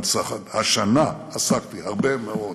השנה עסקתי הרבה מאוד